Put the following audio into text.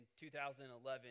2011